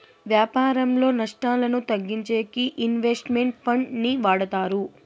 వ్యాపారంలో నష్టాలను తగ్గించేకి ఇన్వెస్ట్ మెంట్ ఫండ్ ని వాడతారు